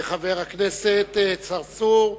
חבר הכנסת צרצור,